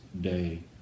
day